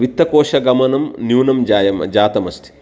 वित्तकोषगमनं न्यूनं जायं जातमस्ति